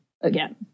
again